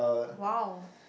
!wow!